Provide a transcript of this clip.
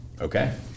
okay